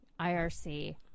IRC